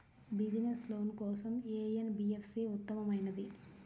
Business loan కోసం ఏ NBFC ఉత్తమమైనది?